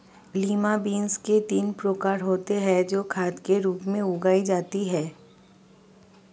lima beans के तीन प्रकार होते हे जो खाद के रूप में उगाई जाती हें